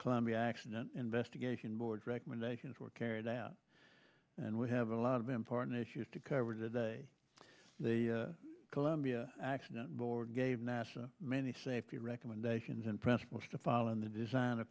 columbia accident investigation board recommendations were carried out and we have a lot of important issues to cover today the columbia accident board gave nasa many safety recommendations and principles to follow in the design